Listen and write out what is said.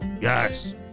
yes